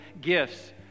gifts